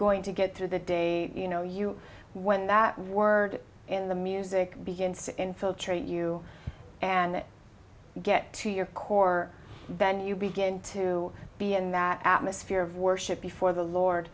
going to get through the day you know you when that word in the music begins to infiltrate you and get to your core ben you begin to be in that atmosphere of worship before the lord